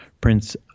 Prince